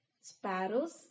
Sparrows